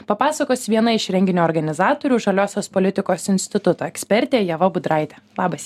papasakos viena iš renginio organizatorių žaliosios politikos instituto ekspertė ieva budraitė labas